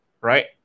right